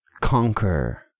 conquer